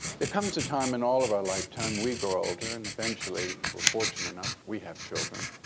there comes a time in all of our lifetime, we grow older. and eventually, if we're fortunate enough, we have children.